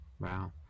wow